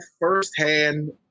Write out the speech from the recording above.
firsthand